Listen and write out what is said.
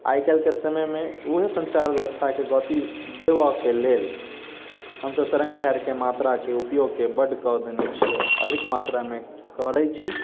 आइ काल्हिके समयमे ओहे सञ्चार व्यवस्थाके गति देबऽके लेल हम सभ तरङ्गदैर्घ्यके मात्राके उपयोगके बड्ड कए देने छियै अधिक मात्रामे करैत छी